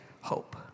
hope